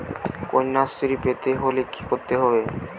কন্যাশ্রী পেতে হলে কি করতে হবে?